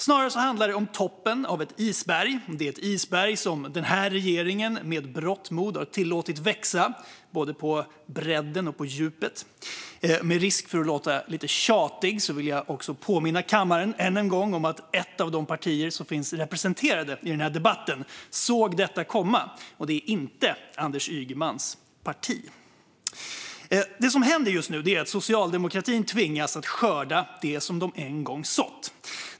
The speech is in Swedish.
Snarare handlar detta om toppen av ett isberg, ett isberg som denna regering med berått mod tillåtit växa, både på bredden och på djupet. Och med risk för att låta lite tjatig vill jag än en gång påminna kammaren om att ett av de partier som finns representerade i denna debatt såg detta komma, och det är inte Anders Ygemans parti. Socialdemokratin tvingas nu skörda det de en gång sått.